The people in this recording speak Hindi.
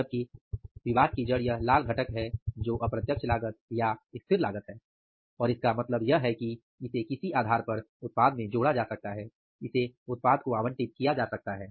जबकि विवाद की जड़ यह लाल घटक है जो अप्रत्यक्ष लागत स्थिर लागत है और इसका मतलब यह है कि इसे किसी आधार पर उत्पाद में जोड़ा जा सकता है इसे उत्पाद को आवंटित किया जा सकता हैं